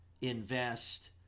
invest